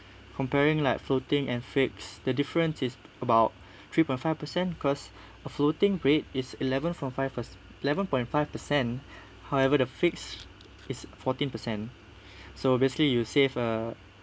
comparing like floating and fixed the different is about three point five percent because a floating rate is eleven from five per eleven point five percent however the fix is fourteen percent so basically you save a